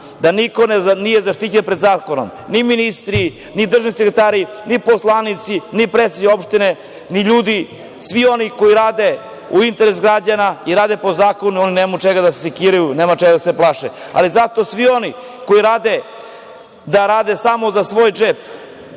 da niko nije zaštićen pred zakonom, ni ministri, ni državni sekretari, ni poslanici, ni predsednici opštine, ni ljudi. Svi koji rade u interesu građana i rade po zakonu, oni nema od čega da se sekiraju, nema čega da se plaše, ali zato svi oni koji rade samo za svoj džep,